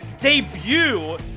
debut